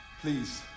Please